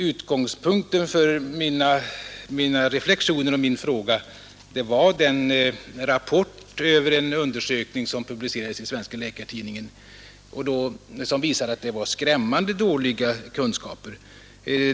Utgångspunkten för mina reflexioner och min fråga var den rapport över en undersökning, som publicerats i Läkartidningen och som visade att det förekommer skrämmande dåliga kunskaper på detta område.